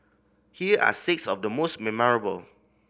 here are six of the most memorable